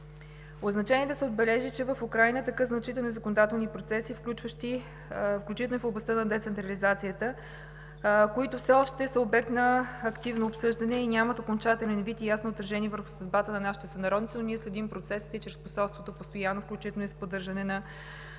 значение е да се отбележи, че в Украйна текат значителни законодателни процеси, включително и в областта на децентрализацията, които все още са обект на активно обсъждане и нямат окончателен вид и ясно отражение върху съдбата на нашите сънародници. Ние постоянно следим процесите и чрез посолството, включително и с поддържане на